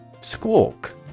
Squawk